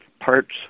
parts